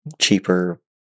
cheaper